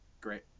Great